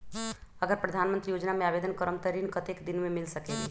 अगर प्रधानमंत्री योजना में आवेदन करम त ऋण कतेक दिन मे मिल सकेली?